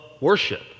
worship